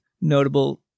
notable